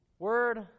word